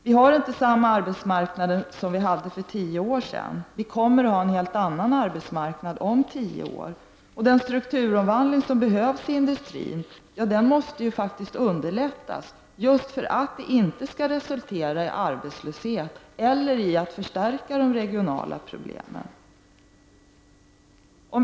Vi har inte i dag samma arbetsmarknad som för tio år sedan, och vi kommer att ha en helt annan arbetsmarknad om tio år. Den strukturomvandling som behövs i industrin måste faktiskt underlättas just för att resultatet inte skall bli arbetslöshet eller att de regionala problemen förstärks.